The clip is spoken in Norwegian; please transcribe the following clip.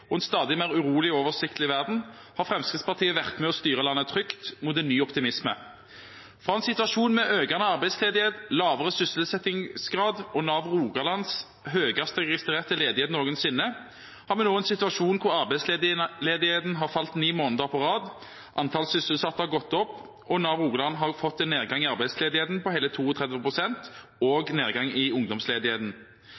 og en stadig mer urolig og uoversiktlig verden har Fremskrittspartiet vært med og styre landet trygt mot en ny optimisme. Fra en situasjon med økende arbeidsledighet, lavere sysselsettingsgrad og Nav Rogalands høyeste registrerte ledighet noensinne har vi nå en situasjon der arbeidsledigheten har falt ni måneder på rad, antallet sysselsatte har gått opp, og Nav Rogaland har fått en nedgang i arbeidsledigheten på hele 32 pst. og